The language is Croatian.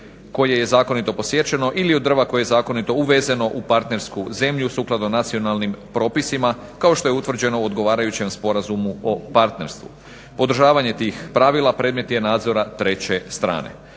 koje je zakonito posjećeno ili od drva koje je zakonito uvezeno u partnersku zemlju sukladno nacionalnim propisima kao što je utvrđeno u odgovarajućem sporazumu o partnerstvu. Podržavanje tih pravila predmet je nadzora treće strane.